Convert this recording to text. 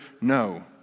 No